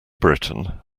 britain